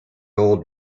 old